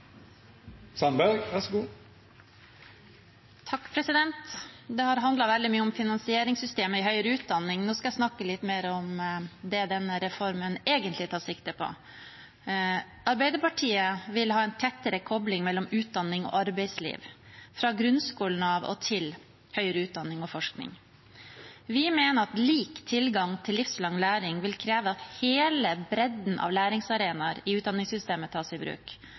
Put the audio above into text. Det har handlet veldig mye om finansieringssystemet i høyere utdanning. Nå skal jeg snakke litt mer om det denne reformen egentlig tar sikte på. Arbeiderpartiet vil ha en tettere kobling mellom utdanning og arbeidsliv – fra grunnskolen til høyere utdanning og forskning. Vi mener at lik tilgang til livslang læring vil kreve at hele bredden av læringsarenaer i utdanningssystemet tas i bruk,